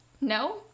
No